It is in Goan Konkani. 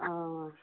आं